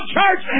Church